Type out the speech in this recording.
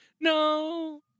No